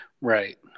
Right